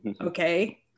okay